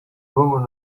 woman